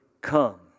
come